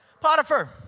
Potiphar